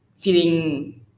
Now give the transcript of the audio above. feeling